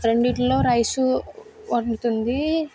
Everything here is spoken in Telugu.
రెండిటిలో రైసు వండుతుంది